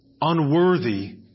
unworthy